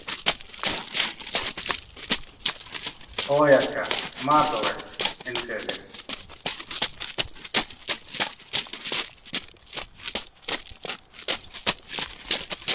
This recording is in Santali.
ᱦᱳᱭ ᱟᱪᱪᱷᱟ ᱢᱟ ᱛᱚᱵᱮ ᱤᱱᱠᱟᱹᱜᱮ